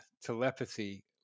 telepathy